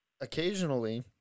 occasionally